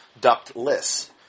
ductless